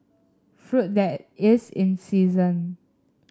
fruit that is in season